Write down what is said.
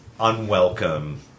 unwelcome